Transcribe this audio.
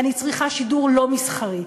אני צריכה שידור לא מסחרי,